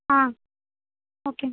ஆ okay